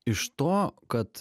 iš to kad